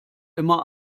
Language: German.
immer